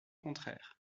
contraire